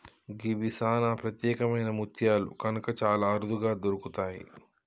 గివి సానా ప్రత్యేకమైన ముత్యాలు కనుక చాలా అరుదుగా దొరుకుతయి